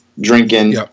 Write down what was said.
drinking